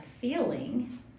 feeling